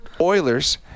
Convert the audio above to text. Oilers